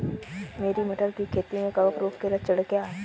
मेरी मटर की खेती में कवक रोग के लक्षण क्या हैं?